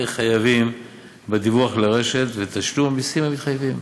חייבים בדיווח לרשות ותשלום המסים המתחייבים.